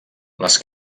les